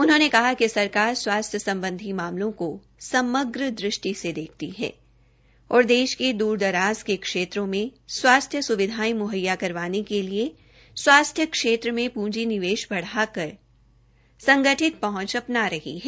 उन्होंने कहा कि सरकार स्वास्थ्य सम्बधी मामलों को समग्र दृष्टि से देखती है और देश के दूर दराज के क्षेत्रों में स्वास्थ्य स्विधायें मुंहैया करवाने के लिए स्वास्थ्य क्षेत्र में पूंजी निवेश बढ़ाकर संगठित पहंच अपना रही है